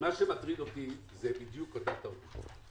מה שמטריד אותי זה בדיוק אותה תרבות.